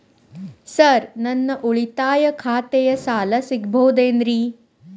Sir ನನ್ನ ಉಳಿತಾಯ ಖಾತೆಯ ಸಾಲ ಸಿಗಬಹುದೇನ್ರಿ?